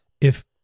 if-